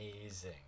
amazing